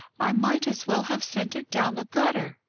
i might as well have sent it down the gutter.